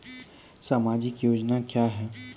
समाजिक योजना क्या हैं?